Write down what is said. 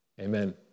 amen